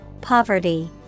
Poverty